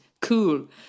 Cool